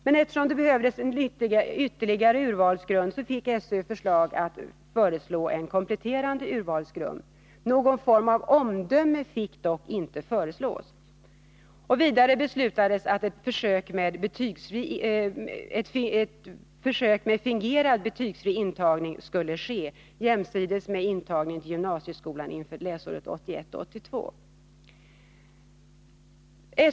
Men eftersom det behövdes någon ytterligare urvalsgrund, fick SÖ i uppdrag att föreslå en kompletterande urvalsgrund. Någon form av omdöme fick dock icke föreslås. Vidare beslutades att ett försök med fingerad betygsfri intagning skulle ske jämsides med intagningen till gymnasieskolan inför läsåret 1981/82.